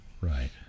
Right